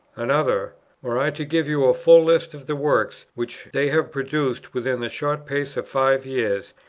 another were i to give you a full list of the works, which they have produced within the short space of five years,